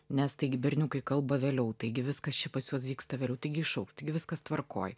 nes taigi berniukai kalba vėliau taigi viskas čia pas juos vyksta vėliau taigi išaugs taigi viskas tvarkoj